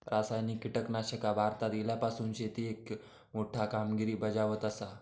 रासायनिक कीटकनाशका भारतात इल्यापासून शेतीएत मोठी कामगिरी बजावत आसा